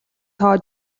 тоо